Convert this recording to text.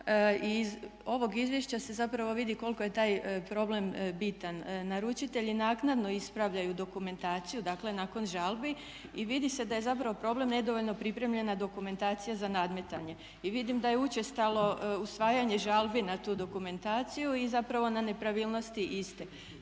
Iz ovog izvješća se zapravo vidi koliko je taj problem bitan. Naručitelji naknadno ispravljaju dokumentaciju, dakle nakon žalbi, i vidi se da je zapravo problem nedovoljno pripremljena dokumentacija za nadmetanje. I vidim da je učestalo usvajanje žalbi na tu dokumentaciju i zapravo na nepravilnosti iste.